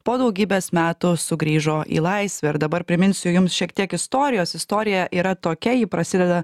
po daugybės metų sugrįžo į laisvę ir dabar priminsiu jums šiek tiek istorijos istorija yra tokia ji prasideda